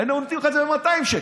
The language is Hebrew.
היינו נותנים לך את זה ב-200 שקל.